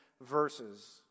verses